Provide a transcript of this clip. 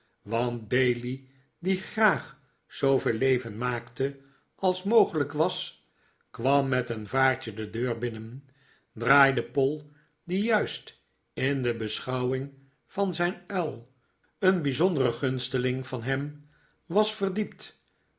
want bailey die graag zooveel leven maakte als mogelijk was kwam met een vaartje de deur binnen draaid e poll die juist in de beschouwing van zijn uil een bijzondere gunsteling van hem was verdiept